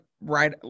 right